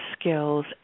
skills